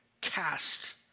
cast